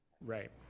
Right